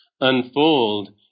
unfold